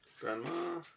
Grandma